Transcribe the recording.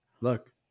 look